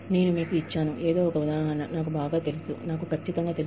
నాకు బాగా తెలిసిన వాటి గురుంచి ఉదాహరణ ఇచ్చాను